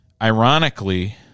Ironically